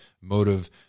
motive